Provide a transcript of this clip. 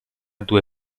due